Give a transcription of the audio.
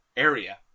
Area